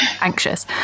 anxious